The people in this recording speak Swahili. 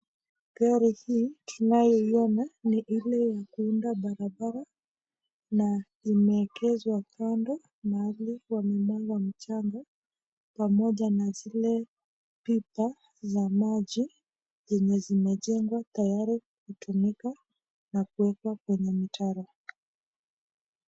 Gari hii tunayoiona ni ile ya kuunda barabara na imeekezwa kando mahali wamemwaga mchanga pamoja na zile pipa ya maji zenye zimejengwa tayari kutumika na kuwekwa kwenye mitaro.